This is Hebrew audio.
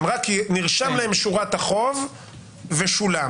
נרשם להם שורת החוב ושולם.